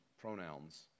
pronouns